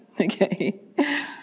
Okay